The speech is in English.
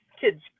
kids